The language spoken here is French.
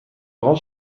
grand